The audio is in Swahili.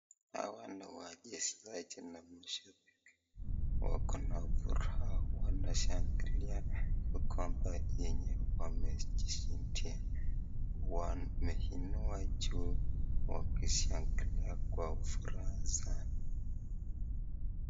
Hawa ni wachezaji na mashabiki wako na furaha wanashangilia kikombe yenye wamejishindia wameinua juu wakishangilia kwa furaha sana.